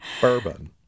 Bourbon